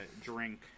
drink